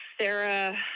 Sarah